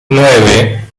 nueve